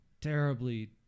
terribly